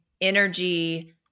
energy